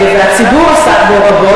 והציבור עסק בו רבות,